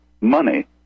money